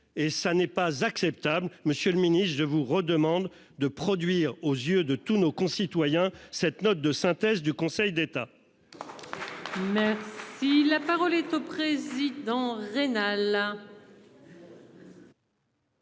Et ça n'est pas acceptable. Monsieur le Ministre, je vous redemande de produire aux yeux de tous nos concitoyens, cette note de synthèse du Conseil d'État. Mais. Si la parole est au président rénale